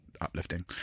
uplifting